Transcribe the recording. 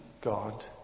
God